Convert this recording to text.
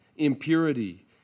impurity